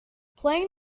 playing